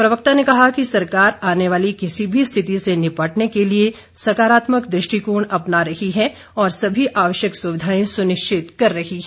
प्रवक्ता ने कहा कि सरकार आने वाली किसी भी स्थिति से निपटने के लिए सकारात्मक दृष्टिकोण अपना रही है और सभी आवश्यक सुविधाएं सुनिश्चित कर रही है